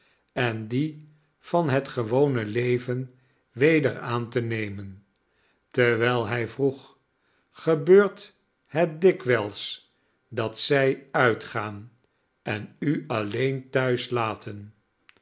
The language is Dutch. en die van het gewone leven weder aan te nemen terwijl hij vroeg gebeurt het dikwijls dat zij uitgaan en u alleen thuis